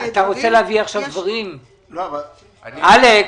אלכס,